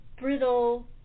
brittle